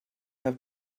have